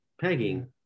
Pegging